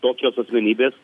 tokios asmenybės